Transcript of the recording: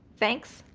thanks,